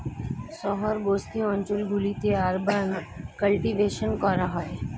শহর বসতি অঞ্চল গুলিতে আরবান কাল্টিভেশন করা হয়